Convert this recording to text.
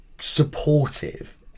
supportive